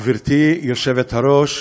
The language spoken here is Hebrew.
גברתי היושבת-ראש,